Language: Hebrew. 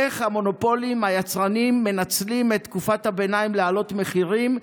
איך המונופולים היצרנים מנצלים את תקופת הביניים כדי להעלות מחירים,